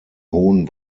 hohen